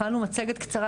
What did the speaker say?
הכנו מצגת קצרה,